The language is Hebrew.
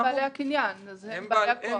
הם בעלי הקניין, הם בעלי הכוח.